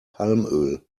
palmöl